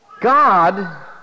God